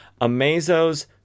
Amazo's